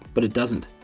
but it doesn't.